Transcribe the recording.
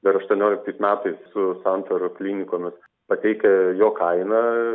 dar aštuonioliktais metais su santarų klinikomis pateikę jo kainą